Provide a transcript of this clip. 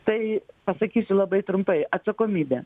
tai pasakysiu labai trumpai atsakomybė